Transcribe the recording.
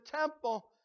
temple